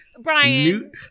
brian